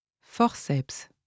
Forceps